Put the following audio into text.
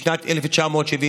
משנת 1977,